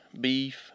beef